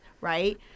right